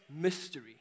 mystery